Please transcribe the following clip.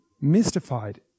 mystified